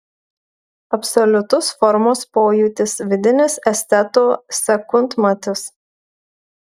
absoliutus formos pojūtis vidinis esteto sekundmatis